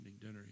dinner